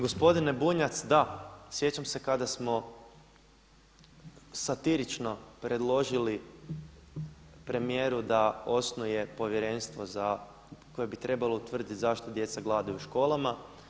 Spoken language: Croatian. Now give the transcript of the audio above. Gospodine Bunjac, da sjećam se kada smo satirično predložili premijeru da osnuje povjerenstvo za, koje bi trebalo utvrditi zašto djeca gladuju u školama.